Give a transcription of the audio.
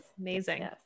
Amazing